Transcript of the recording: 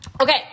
Okay